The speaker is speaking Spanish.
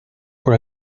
por